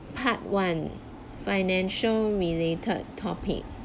part one financial related topic